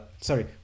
sorry